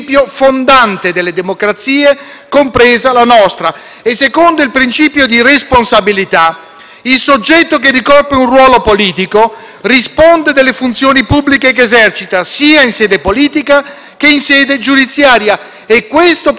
il soggetto che ricopre un ruolo politico risponde delle funzioni pubbliche che esercita sia in sede politica, che in sede giudiziaria e questo principio di responsabilità è connesso e deriva dai principi di uguaglianza e di legalità.